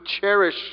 cherish